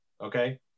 Okay